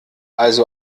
also